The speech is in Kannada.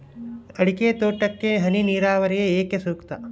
ಅಡಿಕೆ ತೋಟಕ್ಕೆ ಹನಿ ನೇರಾವರಿಯೇ ಏಕೆ ಸೂಕ್ತ?